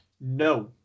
No